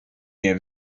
nie